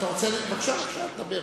בבקשה, דבר.